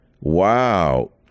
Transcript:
Wow